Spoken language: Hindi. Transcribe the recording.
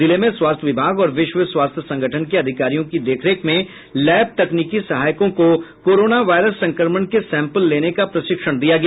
जिले में स्वास्थ्य विभाग और विश्व स्वास्थ्य संगठन के अधिकारियों के देखरेख में लैब तकनीकी सहायकों को कोरोना वायरस संक्रमण के सैंपल लेने का प्रशिक्षण दिया गया